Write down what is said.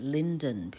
Linden